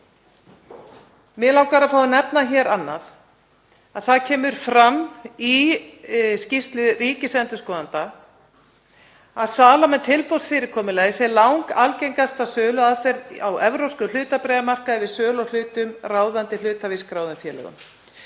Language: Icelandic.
Mig langar að fá að nefna hér annað. Það kemur fram í skýrslu ríkisendurskoðanda að sala með tilboðsfyrirkomulagi sé langalgengasta söluaðferðin á evrópskum hlutabréfamarkaði við sölu á hlutum ráðandi hluthafa í skráðum félögum.